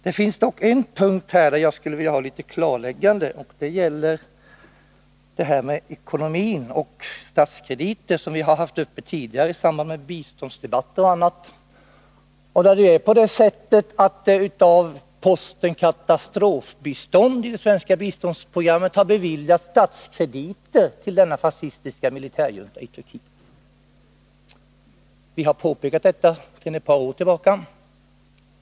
Det finns dock en punkt som jag skulle vilja ha ett klarläggande på; det gäller ekonomin och de statskrediter som vi har diskuterat tidigare i samband med biståndsdebatter och annat. Det är på det sättet att det av posten Katastrofbistånd, i det svenska biståndsprogrammet, har beviljats statskrediter till den fascistiska militärjuntan i Turkiet. Vi har mycket kritiskt påpekat detta sedan ett par år tillbaka.